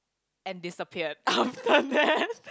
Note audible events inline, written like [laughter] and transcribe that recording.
and disappeared [noise] after that